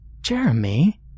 Jeremy